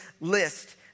list